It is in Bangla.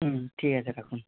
হুম ঠিক আছে রাখুন